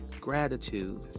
gratitude